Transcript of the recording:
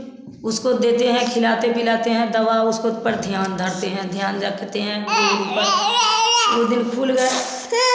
उसको देते हैं खिलाते पिलाते हैं दवा उसको पर ध्यान धरते हैं ध्यान रखते हैं पर वह दिन खुल गया